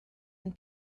and